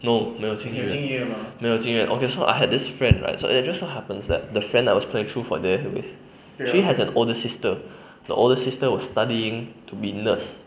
no 没有进医院没有进医院 okay so I had this friend right so it just so happens that the friend I was playing truth or dare with she have a older sister the older sister was studying to be nurse